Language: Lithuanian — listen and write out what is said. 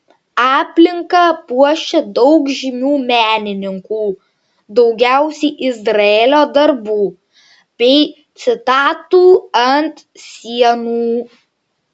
aplinką puošia daug žymių menininkų daugiausiai izraelio darbų bei citatų ant sienų